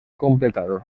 completado